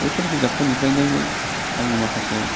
बेफोर बिजाबफोरनिफ्रायनो आङो माखासे